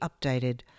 updated